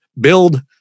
build